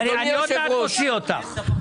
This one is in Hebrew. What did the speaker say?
בסדר, אני עוד מעט מוציא אותך.